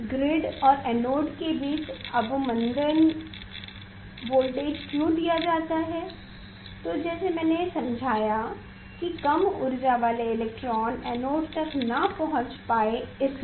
grid और anode के बीच अवमंदन वोल्टेज क्यों दिया जाता है तो जैसे मैंने समझाया कि कम उर्जा वाले इलेक्ट्रॉन एनोड तक न पहुंच पायेँ इसलिए